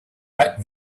right